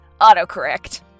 autocorrect